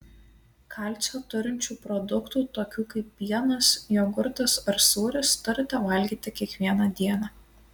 kalcio turinčių produktų tokių kaip pienas jogurtas ar sūris turite valgyti kiekvieną dieną